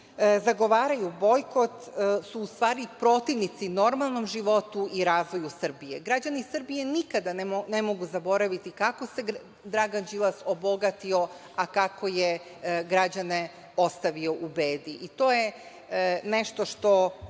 zagovaraju bojkot su u stvari protivnici normalnom životu i razvoju Srbije. Građani Srbije nikada ne mogu zaboraviti kako se Dragan Đilas obogatio, a kako je građane ostavio u bedi. To je nešto što